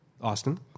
Austin